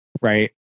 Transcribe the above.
right